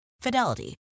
Fidelity